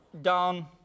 Down